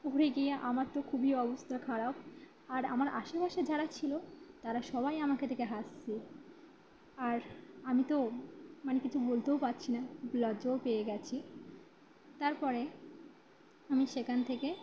পড়ে গিয়ে আমার তো খুবই অবস্থা খারাপ আর আমার আশেপাশে যারা ছিল তারা সবাই আমাকে দেখে হাসছে আর আমি তো মানে কিছু বলতেও পারছি না লজ্জাও পেয়ে গিয়েছি তারপরে আমি সেখান থেকে